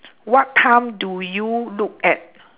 what time do you look at